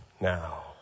Now